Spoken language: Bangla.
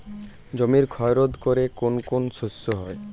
জমির ক্ষয় রোধ করে কোন কোন শস্য?